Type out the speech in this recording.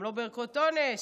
גם לא בערכות אונס.